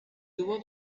tuvo